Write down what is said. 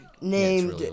named